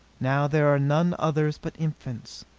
now there are none others but infants,